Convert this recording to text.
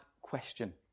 question